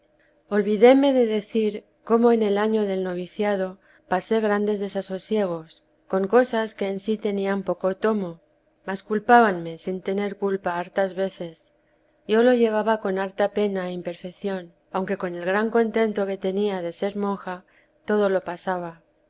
olvídeme de decir cómo en el año del noviciado pasé grandes desasosiegos con cosas que en sí tenían poco tomo mas culpábanme sin tener culpa hartas veces yo lo llevaba con harta pena e imperfección aunque con el gran contento que tenía de ser monja todo lo pasaba